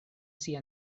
sia